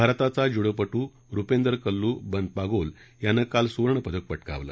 भारताचा ज्यूडोपटू रुपेंदर कल्लू बनपागोल यानं काल सुवर्णपदक पटकावलं